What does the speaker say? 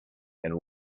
and